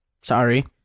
sorry